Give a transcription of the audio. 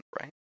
right